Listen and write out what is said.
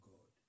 God